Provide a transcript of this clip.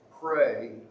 pray